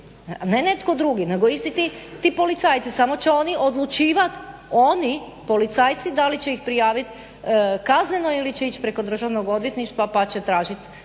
ne netko drugi, nego isti ti policajci. Samo će oni odlučivat, oni policajci da li će ih prijavit kazneno ili će ići preko Državnog odvjetništva pa će tražit